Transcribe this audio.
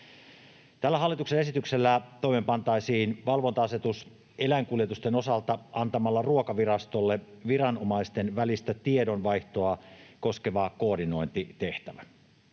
Tällä hallituksen esityksellä toimeenpantaisiin valvonta-asetus eläinkuljetusten osalta antamalla Ruokavirastolle viranomaisten välistä tiedonvaihtoa koskeva koordinointitehtävä.